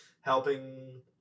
helping